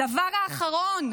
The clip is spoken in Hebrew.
הדבר האחרון,